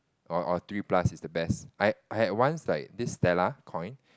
or or three plus is the best I I had once like this stellar coin